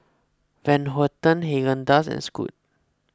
Van Houten Haagen Dazs and Scoot